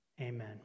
Amen